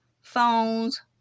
phones